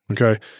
Okay